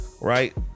right